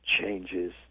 changes